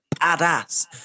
badass